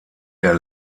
der